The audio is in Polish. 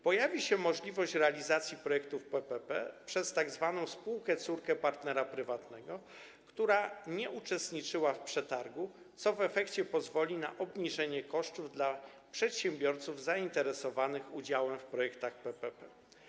Pojawi się możliwość realizacji projektów PPP przez tzw. spółkę córkę partnera prywatnego, która nie uczestniczyła w przetargu, co w efekcie pozwoli na obniżenie kosztów przedsiębiorcom zainteresowanym udziałem w projektach PPP.